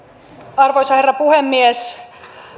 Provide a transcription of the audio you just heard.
arvoisa herra puhemies